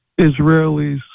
Israelis